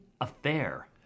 Affair